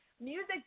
Music